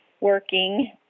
working